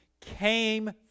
came